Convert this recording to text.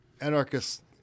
anarchist